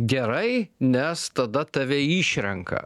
gerai nes tada tave išrenka